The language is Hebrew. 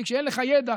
כי כשאין לך ידע,